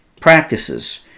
practices